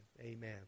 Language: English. Amen